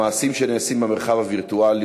המעשים שנעשים במרחב הווירטואלי,